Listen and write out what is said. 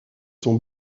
son